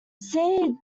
see